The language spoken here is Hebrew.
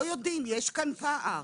לא יודעים, יש כאן פער.